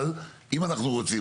אבל אם אנחנו רוצים,